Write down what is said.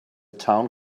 town